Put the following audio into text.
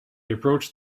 approached